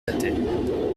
tattet